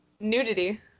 Nudity